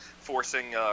forcing